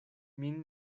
min